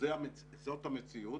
זאת המציאות.